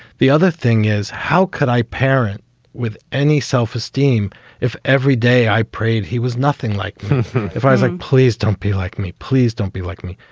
the other thing is. how could a parent with any self-esteem if every day i prayed he was nothing like if i was like, please don't be like me, please don't be like me.